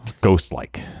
Ghost-like